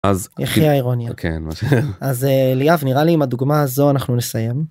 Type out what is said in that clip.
אז הכי אירוני אז ליאב נראה לי עם הדוגמה הזו אנחנו נסיים.